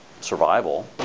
survival